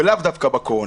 ולאו דווקא בקורונה.